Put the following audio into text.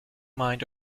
mind